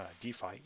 DeFi